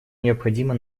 необходимо